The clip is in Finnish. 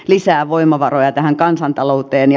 lisää voimavaroja tähän kansantalouteenj